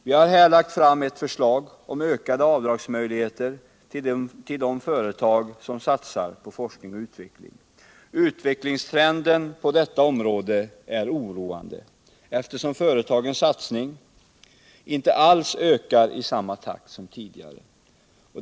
Vi har här lagt fram ett förslag om ökade avdragsmöjligheter för de företag som satsar på forskning och utveckling. Utvecklingstrenden på detta område är oroande, eftersom företagens sats ning inte alls ökar i samma takt som tidigare.